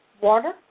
Water